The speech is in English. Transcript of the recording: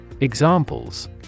Examples